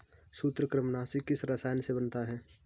सूत्रकृमिनाशी किस रसायन से बनता है?